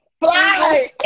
Fly